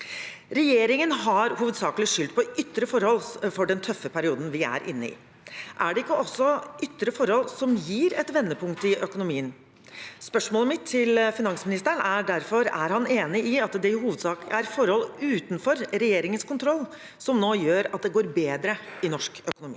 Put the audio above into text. Regjeringen har hovedsakelig skyldt på ytre forhold for den tøffe perioden vi er inne i. Er det ikke også ytre forhold som gir et vendepunkt i økonomien? Spørsmålet mitt til finansministeren er derfor: Er han enig i at det i hovedsak er forhold utenfor regjeringens kontroll som nå gjør at det går bedre i norsk økonomi?